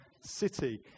city